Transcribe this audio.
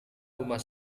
rumah